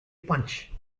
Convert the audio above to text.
punch